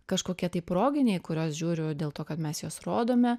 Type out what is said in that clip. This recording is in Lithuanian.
kažkokie tai proginiai kuriuos žiūriu dėl to kad mes juos rodome